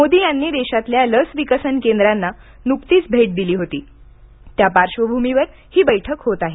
मोदी यांनी देशातल्या लस विकसन केंद्रांना नुकतीच भेट दिली होती त्या पार्श्वभूमीवर ही बैठक होत आहे